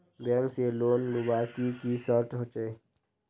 Bank से loan लुबार की की शर्त होचए?